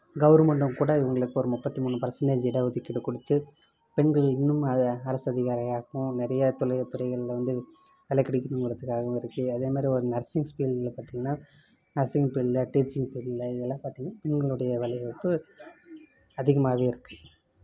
கவர்மெண்ட்டும் கூட இவங்களுக்கு ஒரு முப்பத்தி மூணு பர்சன்டேஜு இட ஒதுக்கீடு கொடுத்து பெண்கள் இன்னும் அதை அரசு அதிகாரியாகவும் நிறைய தொழில் துறைகள்ல வந்து வேலை கிடைக்கணுங்கிறதுக்காகவும் இருக்குது அதேமாரி ஒரு நர்சிங்ஸ் ஃபீல்டில் பார்த்திங்கன்னா நர்சிங் ஃபீல்டில் டீச்சிங் ஃபீல்டில் இதெல்லாம் பார்த்திங்கன்னா பெண்களுடைய வேலைவாய்ப்பு அதிகமாகவே இருக்குது